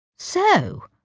so.